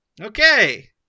Okay